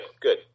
good